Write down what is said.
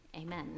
Amen